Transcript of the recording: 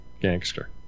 Gangster